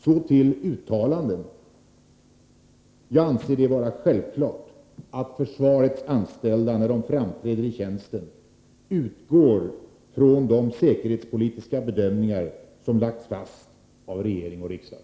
Så till uttalandena. Jag anser det vara självklart att försvarets anställda, när de framträder i tjänsten, utgår från de säkerhetspolitiska bedömningar som lagts fast av regering och riksdag.